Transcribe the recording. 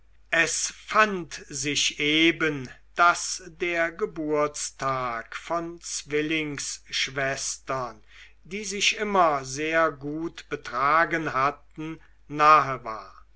es fand sich eben daß der geburtstag von zwillingsschwestern die sich immer sehr gut betragen hatten nahe war